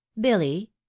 billy